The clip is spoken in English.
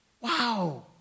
Wow